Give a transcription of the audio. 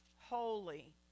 holy